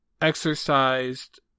exercised